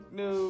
no